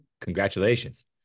congratulations